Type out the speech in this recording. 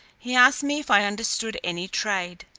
he asked me if i understood any trade?